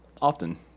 Often